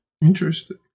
interesting